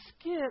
skip